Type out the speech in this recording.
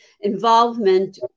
involvement